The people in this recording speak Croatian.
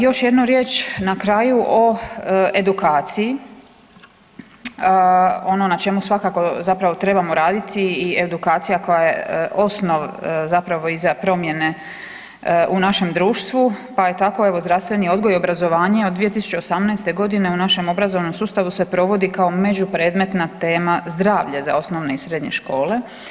Još jednu riječ na kraju o edukaciji ono na čemu svakako zapravo trebamo raditi i edukacija koja je osnov za promjene u našem društvu, pa je tako zdravstveni odgoj i obrazovanje od 2018.g. u našem obrazovnom sustavu se provodi kao među predmetna tema zdravlje za osnovne i srednje škole.